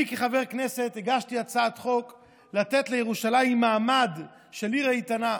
אני כחבר כנסת הגשתי הצעת חוק לתת לירושלים מעמד של עיר איתנה.